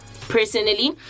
personally